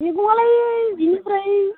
मैगंआलाय बिनिफ्राय